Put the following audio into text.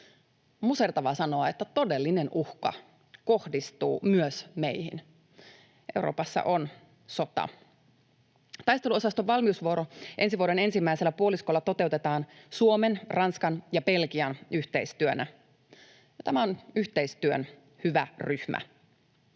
Musertavaa sanoa, että todellinen uhka kohdistuu myös meihin. Euroopassa on sota. Taisteluosaston valmiusvuoro ensi vuoden ensimmäisellä puoliskolla toteutetaan Suomen, Ranskan ja Belgian yhteistyönä, ja tämä on hyvä yhteistyön ryhmä.